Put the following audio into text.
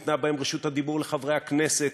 ניתנה בהם רשות הדיבור לחברי הכנסת,